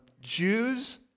Jews